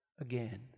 again